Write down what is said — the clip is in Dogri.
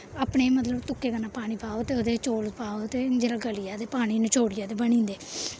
अपने मतलब तुक्के कन्नै पानी पाओ ते ओह्दे च चौल पाओ ते जिल्लै गली जाऽ ते पानी नचोड़ियै ते बनी जंदे